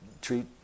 treat